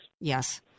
Yes